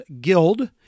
Guild